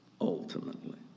ultimately